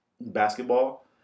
basketball